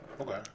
Okay